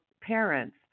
parents